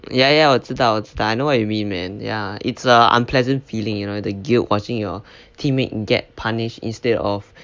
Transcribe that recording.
ya ya 我知道我知道 I know what you mean man ya it's a unpleasant feeling you know the guilt watching your teammate get punished instead of